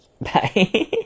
Bye